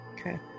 okay